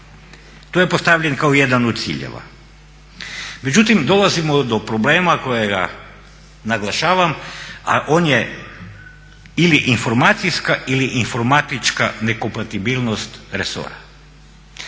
To je postavljen kao jedan od ciljeva. Međutim dolazimo do problema kojega naglašavam, a on je ili informacijska ili informatička nekompatibilnost resora.